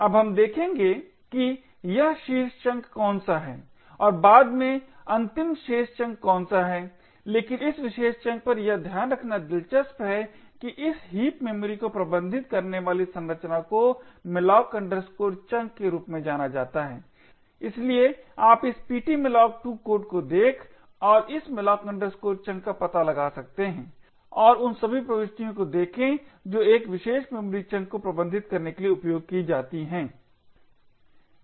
अब हम देखेंगे कि यह शीर्ष चंक कौन सा है और बाद में अंतिम शेष चंक कौन सा है लेकिन इस विशेष समय पर यह ध्यान रखना दिलचस्प है कि इस हीप मेमोरी को प्रबंधित करने वाली संरचना को malloc chunk के रूप में जाना जाता है इसलिए आप इस ptmalloc2 कोड को देख और इस malloc chunk का पता लगा सकते हैं और उन सभी प्रविष्टियों को देखें जो एक विशेष मेमोरी चंक को प्रबंधित करने के लिए उपयोग की जाती हैं